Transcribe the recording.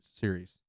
series